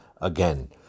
again